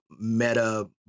meta